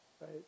right